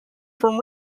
from